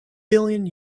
billion